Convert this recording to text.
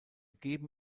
geben